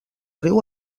riu